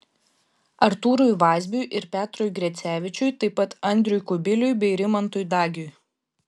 artūrui vazbiui ir petrui grecevičiui taip pat andriui kubiliui bei rimantui dagiui